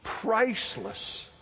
priceless